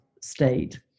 state